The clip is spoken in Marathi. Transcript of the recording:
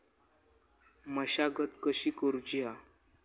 मशागत कशी करूची हा?